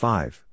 Five